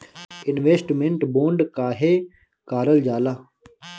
Investment bond काहे कारल जाला?